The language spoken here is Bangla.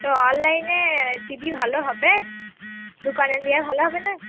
তো অনলাইনে টি ভি ভালো হবে দোকানে গিয়ে ভালো হবে না